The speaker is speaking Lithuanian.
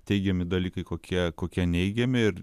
teigiami dalykai kokie kokie neigiami ir